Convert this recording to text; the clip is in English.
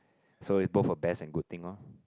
so it both a best and good thing lor